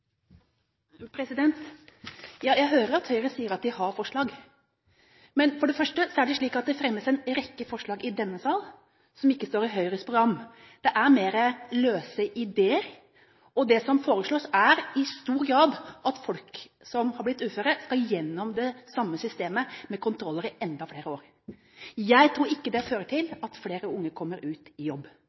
Ja, jeg hører at Høyre sier at de har forslag. Det fremmes en rekke forslag i denne sal som ikke står i Høyres program – det er mer løse ideer. Det som foreslås, er i stor grad at folk som har blitt uføre, skal gjennom det samme systemet med kontroller i enda flere år. Jeg tror ikke det fører til at flere unge kommer ut i jobb.